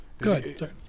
Good